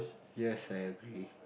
yes I agree